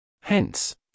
Hence